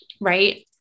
right